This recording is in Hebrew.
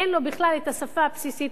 אין לו בכלל השפה הבסיסית,